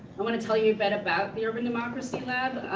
i want to tell you a bit about the urban democracy lab.